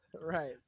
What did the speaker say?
Right